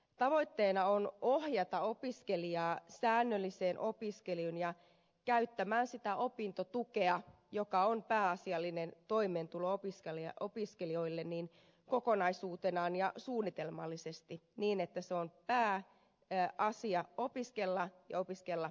tavoitteena on ohjata opiskelijaa säännölliseen opiskeluun ja käyttämään opintotukea joka on pääasiallinen toimeentulo opiskelijalle kokonaisuutena ja suunnitelmallisesti niin että on pääasia opiskella ja opiskella reippaasti